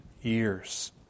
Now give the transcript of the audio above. years